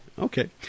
Okay